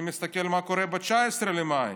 אני מסתכל מה קורה ב-19 במאי,